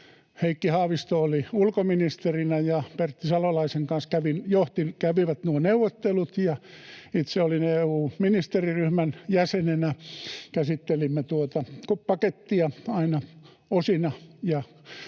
Heikki Haavisto oli ulkoministerinä ja kävi Pertti Salolaisen kanssa nuo neuvottelut, ja itse olin EU-ministeriryhmän jäsenenä. Käsittelimme tuota pakettia aina osina,